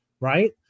right